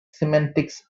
semantics